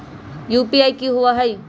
UPI कि होअ हई?